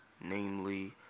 Namely